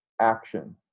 action